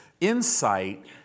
insight